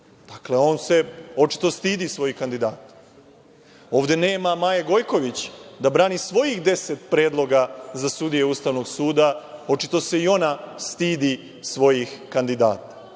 Dakle, on se očito stidi svojih kandidata. Ovde nema Maje Gojković da brani svojih deset predloga za sudije Ustavnog suda. Očito se i ona stidi svojih kandidata.